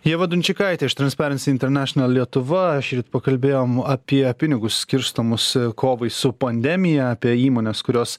ieva dunčikaitė iš tarnsperens internešinal lietuva šįryt pakalbėjom apie pinigus skirstomus kovai su pandemija apie įmones kurios